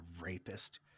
rapist